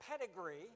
pedigree